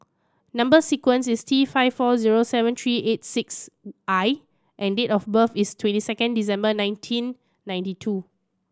number sequence is T five four zero seven three eight six I and date of birth is twenty second December nineteen ninety two